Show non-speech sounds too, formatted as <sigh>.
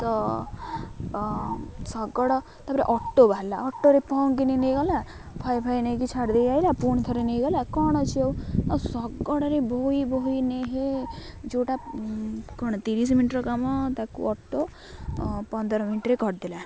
ତ ଶଗଡ଼ ତା'ପରେ ଅଟୋ ବାହାରିଲା ଅଟୋରେ <unintelligible> ନେଇଗଲା ଫାଇ ଫାଇ ନେଇକି ଛାଡ଼ି ଦେଇ ଆସିଲା ପୁଣି ଥରେ ନେଇଗଲା କ'ଣ ଅଛି ଆଉ ଆଉ ଶଗଡ଼ରେ ବୋହି ବୋହି ନେଇ ଯେଉଁଟା କ'ଣ ତିରିଶ ମିନିଟର କାମ ତାକୁ ଅଟୋ ପନ୍ଦର ମିନିଟରେ କରିଦେଲା